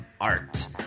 art